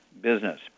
business